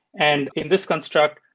and in this construct,